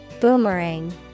Boomerang